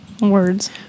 words